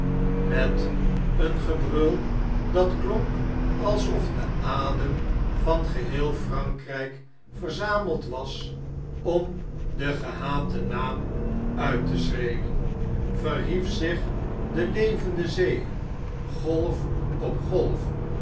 met een gebrul dat klonk alsof de adem van geheel frankrjjk verzameld was om den gehaten naam uit le schreeuwen verhief zich de levende zee golf op